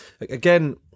Again